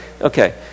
okay